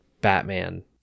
Batman